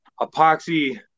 epoxy